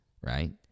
right